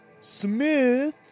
Smith